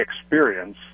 experience